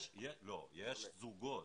יש זוגות,